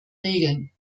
regeln